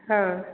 ହଁ